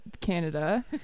Canada